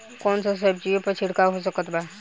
कौन सा सब्जियों पर छिड़काव हो सकत बा?